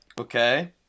Okay